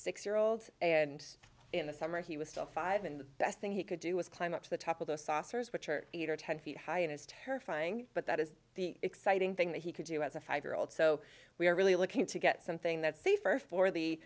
six year old and in the summer he was still five and the best thing he could do is climb up to the top of the saucers which are eight or ten feet high it is terrifying but that is the exciting thing that he could do as a five year old so we are really looking to get something that's safer for the